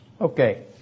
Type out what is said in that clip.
Okay